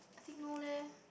I think no leh